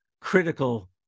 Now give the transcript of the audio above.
critical